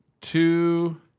two